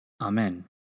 Amen